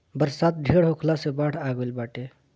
बरसात ढेर होखला से बाढ़ आ गइल बाटे